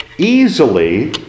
easily